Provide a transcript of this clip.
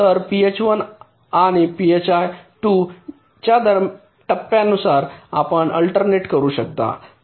तर phi 1 आणि phi 2 च्या टप्प्यांनुसार आपण अल्टरनेट करू शकता